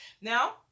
now